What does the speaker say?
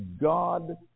God